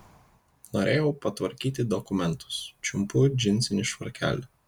norėjau patvarkyti dokumentus čiumpu džinsinį švarkelį